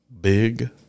big